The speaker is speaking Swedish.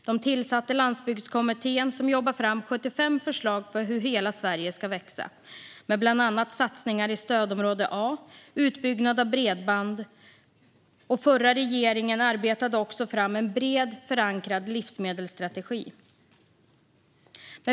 Den tillsatte Landsbygdskommittén, som jobbade fram 75 förslag för hur hela Sverige ska växa. Det handlar bland annat om satsningar i stödområde A och utbyggnad av bredband. Den förra regeringen arbetade också fram en bred, förankrad livsmedelsstrategi.